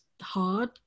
hard